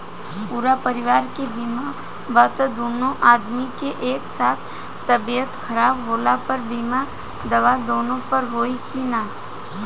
पूरा परिवार के बीमा बा त दु आदमी के एक साथ तबीयत खराब होला पर बीमा दावा दोनों पर होई की न?